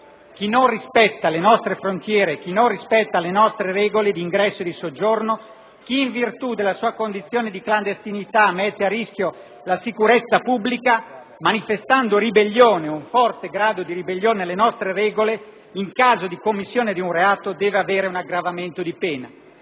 Chi non rispetta le nostre frontiere, chi non rispetta le nostre regole d'ingresso e di soggiorno, chi, in virtù della sua condizione di clandestinità, mette a rischio la sicurezza pubblica, manifestando un forte grado di ribellione alle nostre regole, in caso di commissione di un reato deve avere un aggravamento di pena: